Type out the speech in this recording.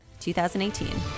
2018